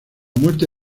muerte